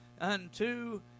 Unto